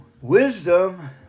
Wisdom